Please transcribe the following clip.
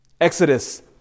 Exodus